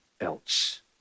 else